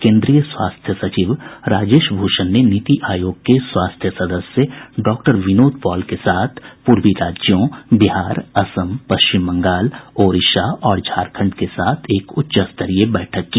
केंद्रीय स्वास्थ्य सचिव राजेश भूषण ने नीति आयोग के स्वास्थ्य सदस्य डॉक्टर विनोद पॉल के साथ पूर्वी राज्यों बिहार असम पश्चिम बंगाल ओडिशा और झारखंड के साथ एक उच्च स्तरीय बैठक की